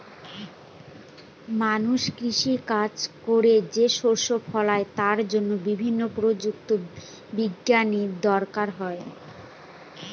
মানুষ কৃষি কাজ করে যে শস্য ফলায় তার জন্য বিভিন্ন প্রযুক্তি বিজ্ঞানের দরকার হয়